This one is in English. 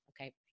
okay